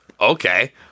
Okay